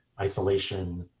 isolation,